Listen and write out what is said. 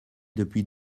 depuis